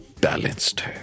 Balanced